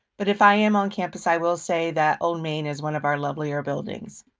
but if i am on campus, i will say that old main is one of our lovelier buildings.